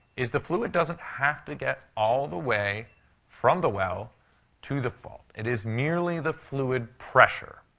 is the fluid doesn't have to get all the way from the well to the fault. it is merely the fluid pressure.